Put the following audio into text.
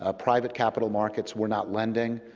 ah private capital markets were not lending.